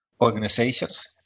Organizations